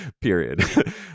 Period